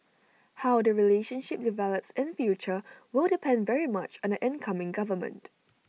how the relationship develops in future will depend very much on the incoming government